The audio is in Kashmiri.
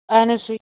اہَن حظ صحیح